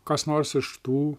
kas nors iš tų